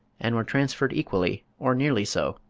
and were transferred equally, or nearly so,